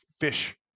Fish